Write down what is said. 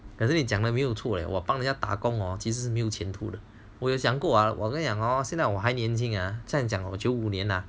可是你讲了没有错我帮人家打工哦其实没有前途的我有想过我跟你讲哦现在我还年轻啊这样讲我九五年啊